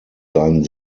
seinen